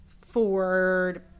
Ford